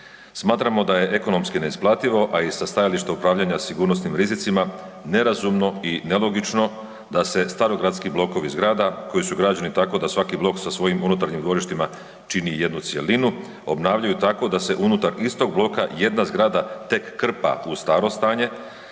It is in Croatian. Smatramo da je ekonomski neisplativo, a i sa stajališta upravljanja sigurnosnim rizicima nerazumno i nelogično da se starogradski blokovi zgrada koji su građeni tako da svaki blok sa svojim unutarnjim dvorištima čini jednu cjelinu, obnavljaju tako da se unutar istog bloka jedna zgrada tek krpa u staro stanje